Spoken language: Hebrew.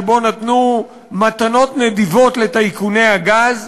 שבו נתנו מתנות נדיבות לטייקוני הגז,